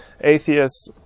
atheists